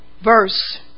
verse